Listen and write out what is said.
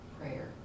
prayer